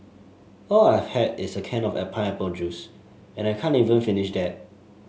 all I've had is a can of pineapple juice and I can't even finish that